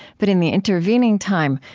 but in the intervening time,